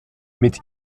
mit